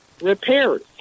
repairs